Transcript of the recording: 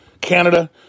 Canada